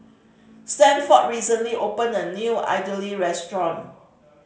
Stanford recently opened a new Idili restaurant